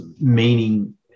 meaning